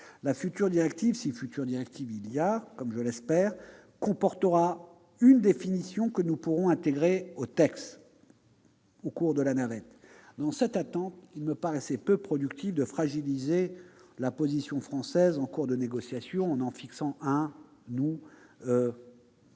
La future directive, si future directive il y a, comme je l'espère, comportera une définition que nous pourrons intégrer au texte au cours de la navette. Dans cette attente, il me paraissait peu productif de fragiliser la position française en cours de négociation en en élaborant une